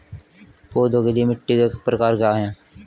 पौधों के लिए मिट्टी के प्रकार क्या हैं?